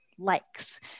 Likes